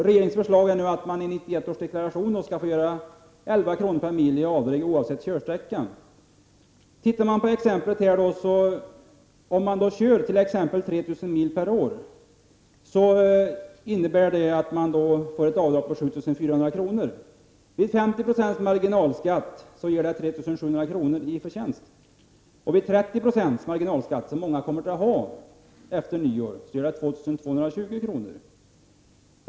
Regeringens förslag är att man i 1991 års deklaration skall få göra avdrag för 11 kr. per mil oavsett körsträcka. Om man t.ex. kör 3 000 mil per år innebär det att man får ett avdrag på 7 400 kr. Med 50 % marginalskatt, som många kommer att ha efter nyår, ger det 2 220 kr.